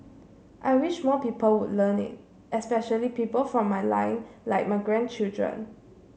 I wish more people will learn it especially people from my line like my grandchildren